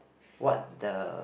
what the